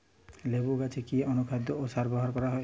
লেবু গাছে কি অনুখাদ্য ও সার ব্যবহার করা হয়?